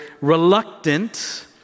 reluctant